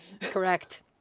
Correct